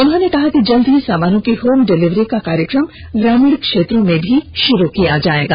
उन्होंने कहा कि जल्द ही सामानों की होम डिलीवरी का कार्यक्रम ग्रामीण क्षेत्रों में भी शुरू किया जाएगा